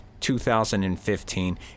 2015